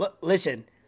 listen